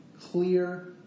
clear